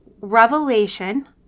revelation